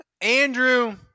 Andrew